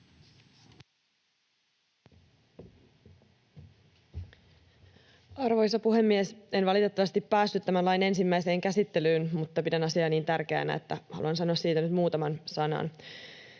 Arvoisa puhemies! En valitettavasti päässyt tämän lain ensimmäiseen käsittelyyn, mutta pidän asiaa niin tärkeänä, että haluan sanoa siitä nyt muutaman sanan.